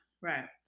right